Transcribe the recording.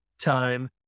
time